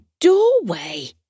doorway